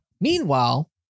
meanwhile